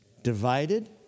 Divided